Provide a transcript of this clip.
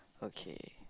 okay